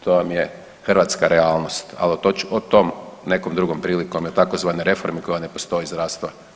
To vam je hrvatska realnost, ali o tome nekom drugom prilikom tzv. reforme koja ne postoji zdravstva.